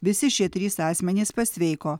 visi šie trys asmenys pasveiko